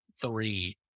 three